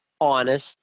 honest